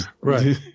Right